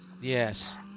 Yes